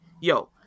Yo